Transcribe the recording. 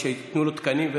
שייתנו לו תקנים,